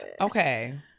Okay